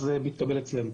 זה מתקבל אצלנו.